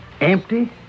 Empty